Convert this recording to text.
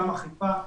גם אכיפה,